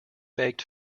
baked